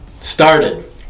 Started